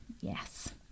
Yes